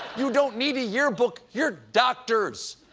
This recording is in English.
you don't need a yearbook, you're doctors!